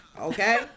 Okay